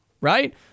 right